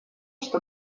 что